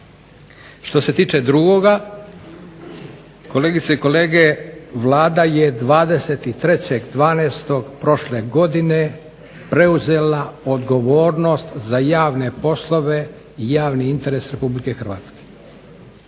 Što se tiče drugoga, kolegice i kolege Vlada je 23.12. prošle godine preuzela odgovornost za javne poslove i javni interes RH.